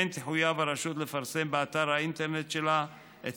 כמו כן תחויב הרשות לפרסם באתר האינטרנט שלה את